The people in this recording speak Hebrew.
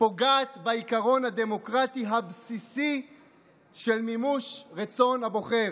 פוגעת בעיקרון הדמוקרטי הבסיסי של מימוש רצון הבוחר.